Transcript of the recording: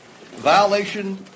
violation